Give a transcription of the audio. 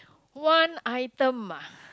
one item ah